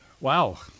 Wow